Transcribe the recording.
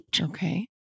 Okay